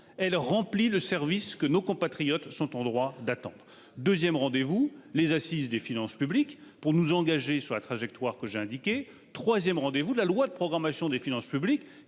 elle remplit le service que nos compatriotes sont en droit d'attendre. 2ème rendez-vous les assises des finances publiques pour nous engager sur la trajectoire que j'ai indiqué troisième rendez-vous de la loi de programmation des finances publiques